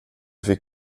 fick